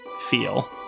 feel